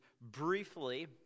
briefly